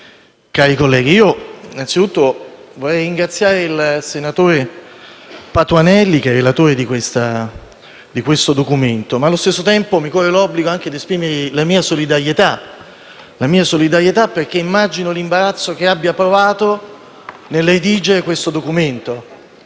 colleghi, innanzitutto vorrei ringraziare il senatore Patuanelli, relatore del provvedimento, e, allo stesso tempo, mi corre l'obbligo di esprimergli la mia solidarietà, perché immagino l'imbarazzo che abbia provato nel redigere questo documento,